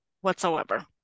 whatsoever